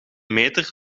meter